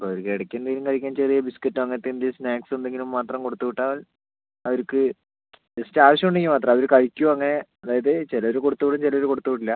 അവർക്ക് ഇടക്ക് എന്തെങ്കിലും കഴിക്കാൻ ചെറിയ ബിസ്കറ്റോ അങ്ങനത്തെ എന്ത് സ്നാക്ക്സ് എന്തെങ്കിലും മാത്രം കൊടുത്ത് വിട്ടാൽ അവർക്ക് ജസ്റ്റ് ആവശ്യം ഉണ്ടെങ്കിൽ മാത്രം അവർ കഴിക്കുമോ അങ്ങനെ അതായത് ചിലർ കൊടുത്ത് വിടും ചിലർ കൊടുത്ത് വിടില്ല